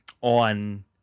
on